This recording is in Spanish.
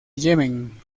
yemen